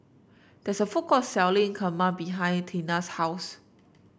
there's a food court selling Kheema behind Teena's house